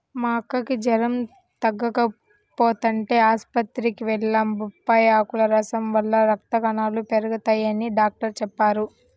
మా అక్కకి జెరం తగ్గకపోతంటే ఆస్పత్రికి వెళ్లాం, బొప్పాయ్ ఆకుల రసం వల్ల రక్త కణాలు పెరగతయ్యని డాక్టరు చెప్పారు